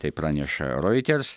tai praneša reuters